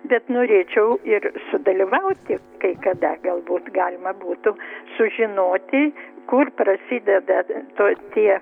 bet norėčiau ir sudalyvauti kai kada galbūt galima būtų sužinoti kur prasideda to tie